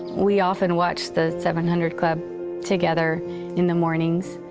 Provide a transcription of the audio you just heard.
we often watched the seven hundred club together in the mornings.